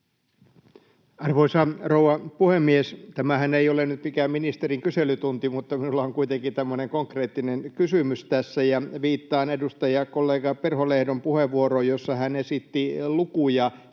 Arvoisa rouva puhemies! Tämähän ei ole nyt mikään ministerin kyselytunti, mutta minulla on kuitenkin tämmöinen konkreettinen kysymys tässä. Viittaan edustajakollega Perholehdon puheenvuoroon, jossa hän esitti lukuja